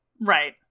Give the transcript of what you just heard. Right